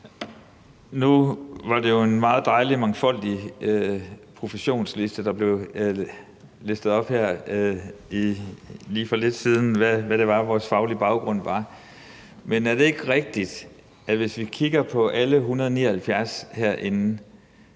Nu var det jo en meget dejlig, mangfoldig professionsliste, der blev nævnt her for lidt siden, med hensyn til hvad vores faglige baggrund var, men er det ikke rigtigt, at hvis vi kigger på alle 179 herinde,